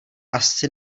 asi